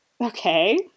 Okay